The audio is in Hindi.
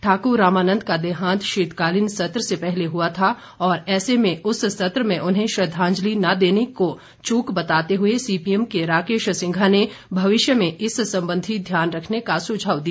ठाकुर रामानंद का देहांत शीतकालीन सत्र से पहले हुआ था और ऐसे में उस सत्र में उन्हें श्रद्वांजलि न देने को चूक बताते हुए सीपीएम के राकेश सिंघा ने भविष्य में इस संबंधी ध्यान रखने का सुझाव दिया